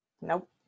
Nope